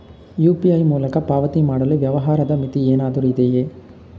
UPI ಮೂಲಕ ಪಾವತಿ ಮಾಡಲು ವ್ಯವಹಾರದ ಮಿತಿ ಏನಾದರೂ ಇದೆಯೇ?